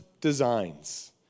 designs